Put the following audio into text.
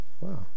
Wow